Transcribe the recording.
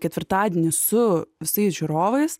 ketvirtadienį su visais žiūrovais